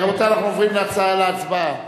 אנחנו עוברים להצבעה על ההצעה.